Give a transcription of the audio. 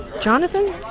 Jonathan